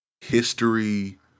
history